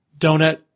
donut